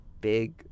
big